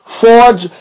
forge